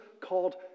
called